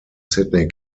sydney